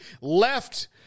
left